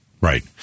right